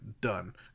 done